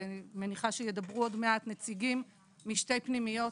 ואני מניחה שידברו עוד מעט נציגים משתי פנימיות,